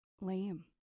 lame